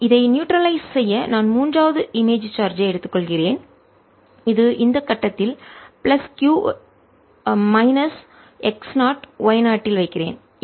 இதை நியூட்ரலைஸ் நடுநிலை படுத்த செய்ய நான் மூன்றாவது இமேஜ் சார்ஜ் ஐ எடுத்துக் கொள்கிறேன் இது இந்த கட்டத்தில் பிளஸ் q ஐ மைனஸ் x 0 y 0 இல் வைக்கிறேன்